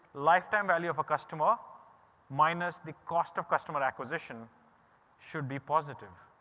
lifetime value of a customer minus the cost of customer acquisition should be positive.